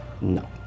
no